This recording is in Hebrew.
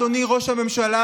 אדוני ראש הממשלה,